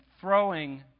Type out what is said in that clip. throwing